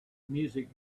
music